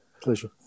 Pleasure